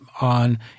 on